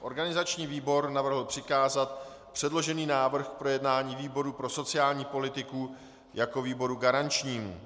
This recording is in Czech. Organizační výbor navrhl přikázat předložený návrh k projednání výboru pro sociální politiku jako výboru garančnímu.